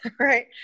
right